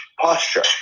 Posture